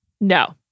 No